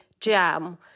jam